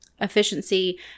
efficiency